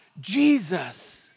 Jesus